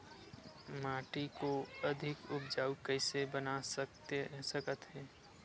माटी को अधिक उपजाऊ कइसे बना सकत हे?